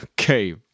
okay